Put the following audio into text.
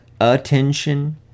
attention